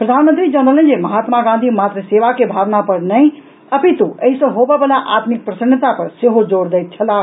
प्रधानमंत्री जनौलनि जे महात्मा गांधी मात्र सेवा के भावना पर नहि अपितु एहि सॅ होबयवला आत्मिक प्रसन्नता पर सेहो जोर दैत छलाह